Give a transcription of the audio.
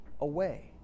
away